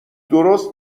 درست